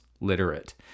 literate